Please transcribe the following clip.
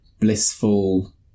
blissful